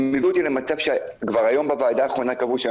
הם הביאו אותי למצב שכבר היום בוועדה האחרונה קבעו שאני